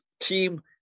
Team